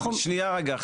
שנייה, רגע.